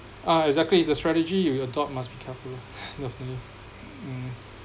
ah exactly the strategy you you adopt must be careful lah you have to mm